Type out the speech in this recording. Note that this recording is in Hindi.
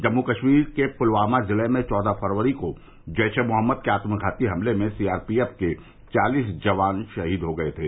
जम्मू कश्मीर के पुलवामा जिले में चौदह फरवरी को जैश ए मोहम्मद के आत्मधाती हमले में सीआरपीएफ के चालीस जवान शहीद हो गए थे